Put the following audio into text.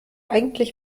eigentlich